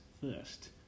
first